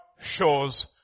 shows